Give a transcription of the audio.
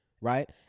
Right